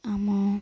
ଆମ